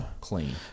clean